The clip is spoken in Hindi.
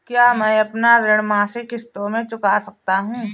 क्या मैं अपना ऋण मासिक किश्तों में चुका सकता हूँ?